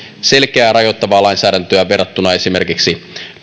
selkeää ja rajoittavaa lainsäädäntöä verrattuna esimerkiksi